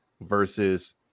versus